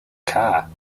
car